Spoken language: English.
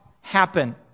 happen